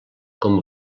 com